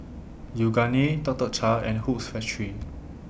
Yoogane Tuk Tuk Cha and Hoops Factory